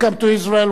Welcome to Israel,